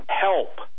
help